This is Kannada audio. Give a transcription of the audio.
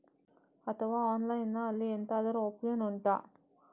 ಅಥವಾ ಆನ್ಲೈನ್ ಅಲ್ಲಿ ಎಂತಾದ್ರೂ ಒಪ್ಶನ್ ಉಂಟಾ